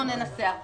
ננסח אותו.